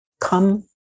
come